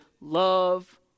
love